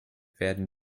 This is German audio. werden